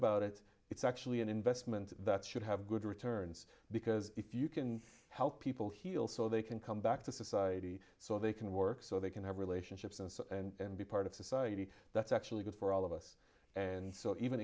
about it it's actually an investment that should have good returns because if you can help people heal so they can come back to society so they can work so they can have relationships and so on and be part of society that's actually good for all of us and so even